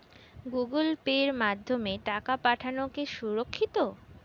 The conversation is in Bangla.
গুগোল পের মাধ্যমে টাকা পাঠানোকে সুরক্ষিত?